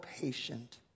patient